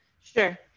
Sure